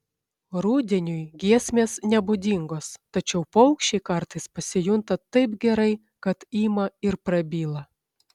rudeniui giesmės nebūdingos tačiau paukščiai kartais pasijunta taip gerai kad ima ir prabyla